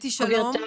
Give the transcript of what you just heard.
בוקר טוב.